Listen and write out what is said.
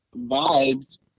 vibes